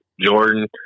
Jordan